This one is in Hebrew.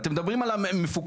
אתם מדברים על המפוקחים?